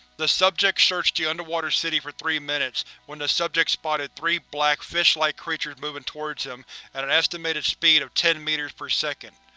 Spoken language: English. the subject searched the underwater city for three minutes when the subject spotted three black, fish-like creatures moving towards him at an estimated speed of ten meters per second.